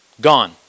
gone